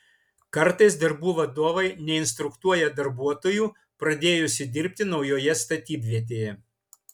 kartais darbų vadovai neinstruktuoja darbuotojų pradėjusių dirbti naujoje statybvietėje